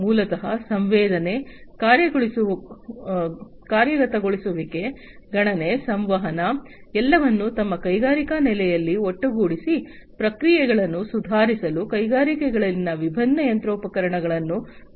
ಮೂಲತಃ ಸಂವೇದನೆ ಕಾರ್ಯಗತಗೊಳಿಸುವಿಕೆ ಗಣನೆ ಸಂವಹನ ಎಲ್ಲವನ್ನು ತಮ್ಮ ಕೈಗಾರಿಕಾ ನೆಲೆಯಲ್ಲಿ ಒಟ್ಟುಗೂಡಿಸಿ ಪ್ರಕ್ರಿಯೆಗಳನ್ನು ಸುಧಾರಿಸಲು ಕೈಗಾರಿಕೆಗಳಲ್ಲಿನ ವಿಭಿನ್ನ ಯಂತ್ರೋಪಕರಣಗಳನ್ನು ಚುರುಕಾಗಿ ಸಲು